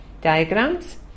Diagrams